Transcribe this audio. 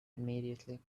immediately